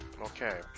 Okay